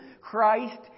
Christ